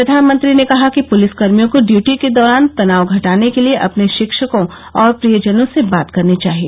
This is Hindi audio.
प्रधानमंत्री ने कहा कि पुलिसकर्मियों को ड्यटी के दौरान तनाव घटाने के लिए अपने शिक्षकों और प्रियजनों से बात करनी चाहिए